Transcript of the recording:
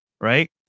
right